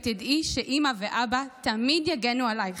ותדעי שאימא ואבא תמיד יגנו עלייך,